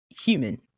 human